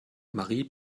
marie